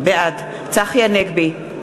בעד צחי הנגבי,